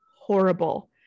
horrible